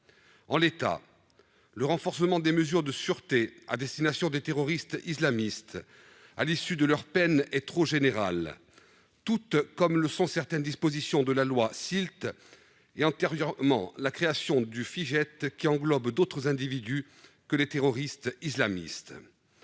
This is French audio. En l'état, le renforcement des mesures de sûreté à destination des terroristes islamistes à l'issue de leur peine est trop général, tout comme l'étaient certaines dispositions de la loi SILT et antérieurement la création du Fijait qui englobe d'autres individus que les terroristes islamistes.